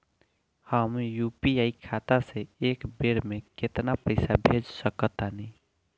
हम यू.पी.आई खाता से एक बेर म केतना पइसा भेज सकऽ तानि?